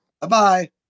Bye-bye